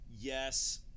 yes